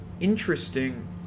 interesting